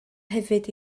hefyd